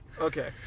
okay